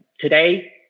Today